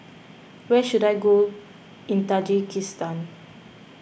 where should I go in Tajikistan